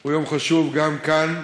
הוא יום חשוב גם כאן,